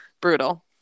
brutal